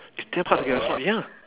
it's damn hard to get a slot ya